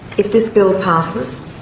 if this bill passes,